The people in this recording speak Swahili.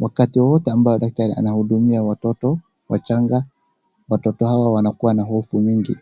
Wakati wowote ambao daktari anahudumia watoto wachanga, watoto hawa wanakuwa na hofu nyingi